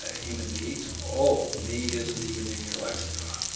ah human needs. oh, need isn't even in your lexicon.